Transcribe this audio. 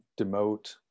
demote